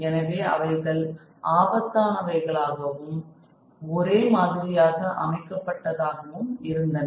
எனவே அவைகள் ஆபத்தான வகைகளாகும் ஒரே மாதிரியாக அமைக்கப்பட்டதாகவும் இருந்தன